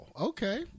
Okay